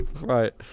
Right